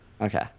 okay